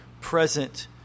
present